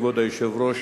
כבוד היושב-ראש,